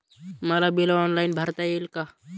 मला bill online भरता येईल का?